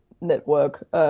network